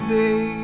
day